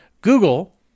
Google